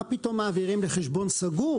מה פתאום מעבירים לחשבון סגור,